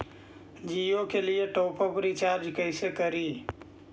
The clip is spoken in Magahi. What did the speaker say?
जियो के लिए टॉप अप रिचार्ज़ कैसे करी?